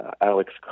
Alex